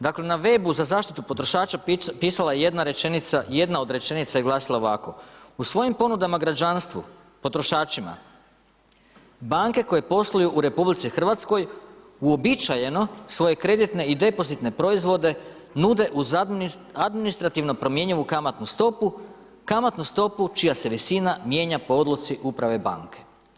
Dakle, na web-u za zaštitu potrošača pisala je jedna rečenica, jedna od rečenica i glasila ovako: U svojim ponudama građanstvu, potrošačima, banke koje posluju u RH uobičajeno svoje kreditne i depozitne proizvode nude uz administrativno promjenjivu kamatnu stopu, kamatnu stopu čija se visina mijenja po odluci uprave banke.